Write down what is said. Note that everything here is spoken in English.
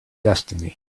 destiny